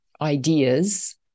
ideas